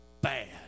Bad